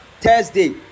Thursday